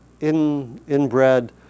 inbred